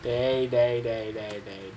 they they they